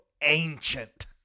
ancient